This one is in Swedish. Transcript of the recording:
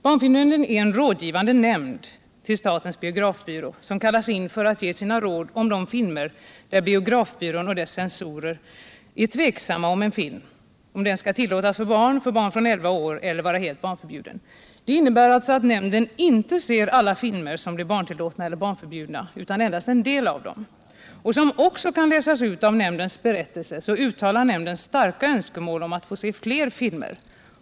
Barnfilmnämnden är en rådgivande nämnd för statens biografbyrå, som kallas in för att ge sina råd om de filmer där biografbyrån och dess censorer är tveksamma om en film skall tillåtas för alla barn, för barn under elva år eller om den skall vara helt barnförbjuden. Det innebär att nämnden inte ser alla filmer som blir barntillåtna eller barnförbjudna utan endast en del av dem. Som också kan utläsas av nämndens berättelse uttalar nämnden starka önskemål om att få se fler filmer.